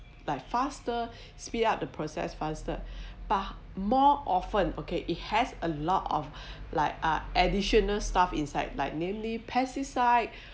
like faster speed up the process faster but more often okay it has a lot of like ah additional stuff inside like namely pesticide